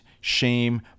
shame